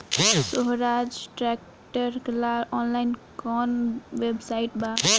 सोहराज tractor ला online कोउन website बा?